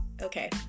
Okay